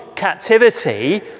Captivity